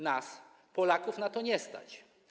Nas, Polaków, na to nie stać.